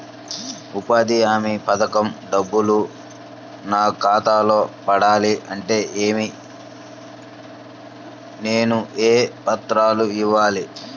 ఉపాధి హామీ పథకం డబ్బులు నా ఖాతాలో పడాలి అంటే నేను ఏ పత్రాలు ఇవ్వాలి?